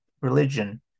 religion